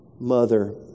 mother